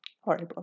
Horrible